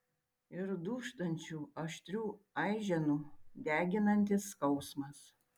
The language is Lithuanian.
ir dūžtančių aštrių aiženų deginantis skausmas